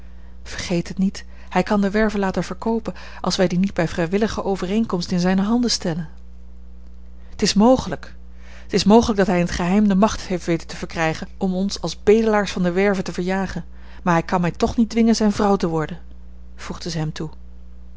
vergeet het niet hij kan de werve laten verkoopen als wij die niet bij vrijwillige overeenkomst in zijne handen stellen t is mogelijk t is mogelijk dat hij in t geheim de macht heeft weten te verkrijgen om ons als bedelaars van de werve te verjagen maar hij kan mij toch niet dwingen zijne vrouw te worden voegde zij hem toe